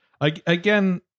Again